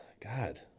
God